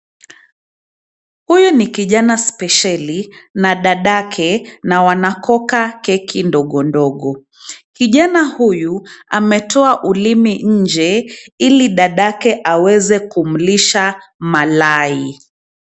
Huyu ni kijana spesheli na dadake, na wanakoka keki ndogo ndogo. Kijana huyu ametoa ulimi nje ili dadake aweze kumlisha malai.